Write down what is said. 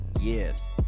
Yes